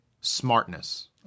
smartness